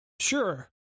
Sure